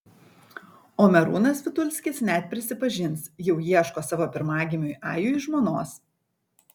o merūnas vitulskis net prisipažins jau ieško savo pirmagimiui ajui žmonos